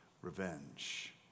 revenge